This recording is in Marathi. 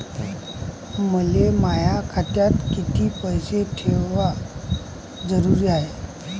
मले माया खात्यात कितीक पैसे ठेवण जरुरीच हाय?